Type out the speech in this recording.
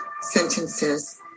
sentences